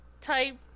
type